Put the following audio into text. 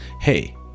Hey